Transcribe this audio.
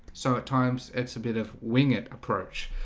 so at times it's a bit of wingert approach.